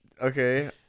Okay